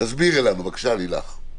תסבירי לנו, בבקשה, לילך.